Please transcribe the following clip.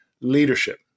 leadership